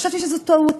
חשבתי שזו טעות.